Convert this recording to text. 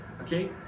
okay